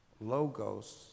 logos